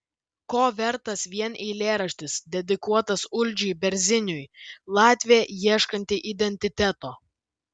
ko vertas vien eilėraštis dedikuotas uldžiui berziniui latvė ieškanti identiteto